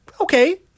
okay